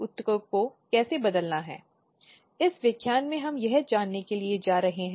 लिंग भेद न्याय और कार्यस्थल सुरक्षा पर पाठ्यक्रम में आपका स्वागत है